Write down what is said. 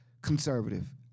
conservative